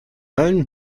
allen